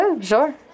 sure